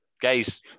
Guys